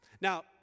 Now